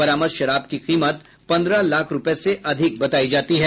बरामद शराब की कीमत पन्द्रह लाख रुपये से अधिक बतायी जाती है